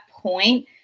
point